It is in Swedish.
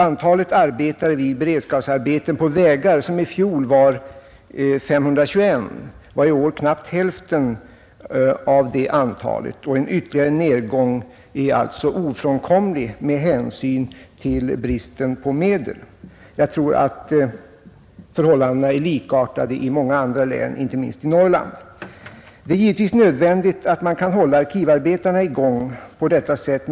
Antalet arbetare vid beredskapsarbeten på vägar, som i fjol var 521, var i år i februari mindre än hälften, och en ytterligare nedgång är ofrånkomlig med hänsyn till bristen på medel. Jag tror att förhållandena är likartade i många andra län, inte minst i Norrland. Det är givetvis nödvändigt att man kan hålla arkivarbetarna i gång på detta sätt.